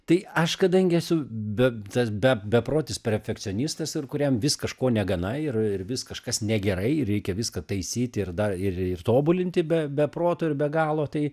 tai aš kadangi esu be tas be beprotis perfekcionistas ir kuriam vis kažko negana ir ir vis kažkas negerai reikia viską taisyti ir dar ir ir tobulinti be be proto ir be galo tai